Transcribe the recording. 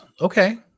okay